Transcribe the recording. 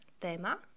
tema